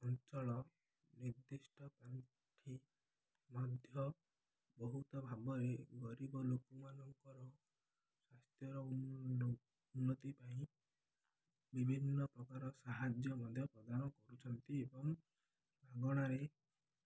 ଅଞ୍ଚଳ ନିର୍ଦ୍ଧିଷ୍ଟ ପାଣ୍ଠି ମଧ୍ୟ ବହୁତ ଭାବରେ ଗରିବ ଲୋକମାନଙ୍କର ସ୍ୱାସ୍ଥ୍ୟର ଉନ୍ନତି ପାଇଁ ବିଭିନ୍ନ ପ୍ରକାର ସାହାଯ୍ୟ ମଧ୍ୟ ପ୍ରଦାନ କରୁଛନ୍ତି ଏବଂ ମାଗଣାରେ